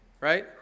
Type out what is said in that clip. right